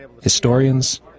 Historians